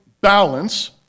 balance